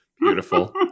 beautiful